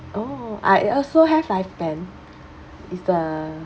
oh I also have life plan it's the